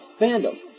Fandom